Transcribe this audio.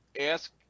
ask